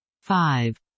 five